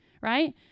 right